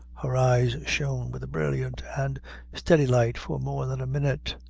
her eyes shone with a brilliant and steady light for more than a minute.